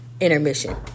Intermission